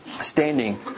Standing